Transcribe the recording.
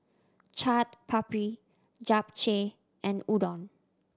Chaat Papri Japchae and Udon